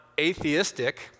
atheistic